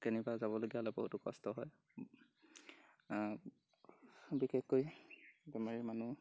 কেনিবা যাবলৈ হ'লে বহুত কষ্ট হয় বিশেষকৈ বেমাৰী মানুহ